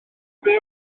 byw